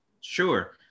Sure